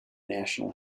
national